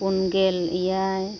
ᱯᱩᱱ ᱜᱮᱞ ᱮᱭᱟᱭ